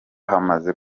hamaze